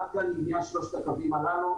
עד כאן לעניין שלושת הקווים הללו.